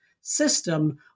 system